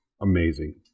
amazing